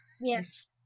Yes